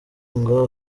ngo